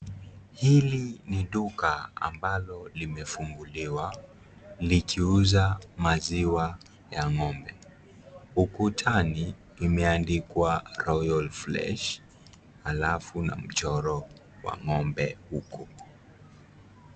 Hili ni duka ambalo limefuguliwa likiuza maziwa ya ngombe, ukutani imeandikwa royal fresh alafu na mchoro wa ng'ombe huko.